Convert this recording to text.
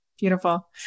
Beautiful